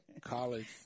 college